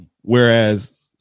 Whereas